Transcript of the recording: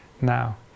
now